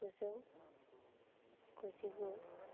गुजौ गुजिगु